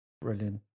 Brilliant